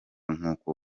nkuko